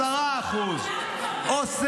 10%. נכון,